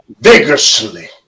vigorously